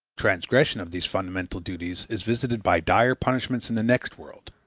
transgression of these fundamental duties is visited by dire punishments in the next world.